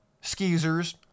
skeezers